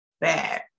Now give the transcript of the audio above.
Bad